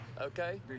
okay